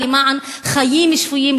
למען חיים שפויים,